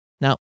Now